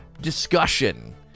discussion